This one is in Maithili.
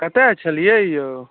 कतय आयल छलियै यौ